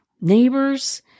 Neighbors